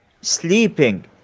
sleeping